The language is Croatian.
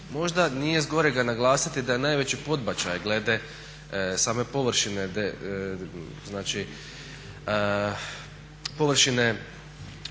možda nije zgorega naglasiti da je najveći podbačaj glede same površine znači površine